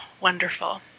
wonderful